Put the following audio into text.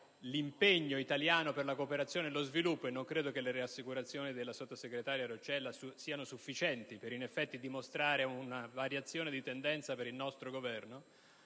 l'impegno italiano per la cooperazione e lo sviluppo. Non credo al riguardo che le rassicurazioni della sottosegretario Roccella siano sufficienti per dimostrare una variazione di tendenza del nostro Governo.